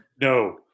No